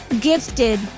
gifted